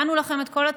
הכנו לכם את כל התשתית.